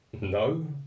No